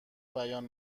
بیان